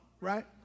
right